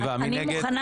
מי נגד?